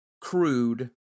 crude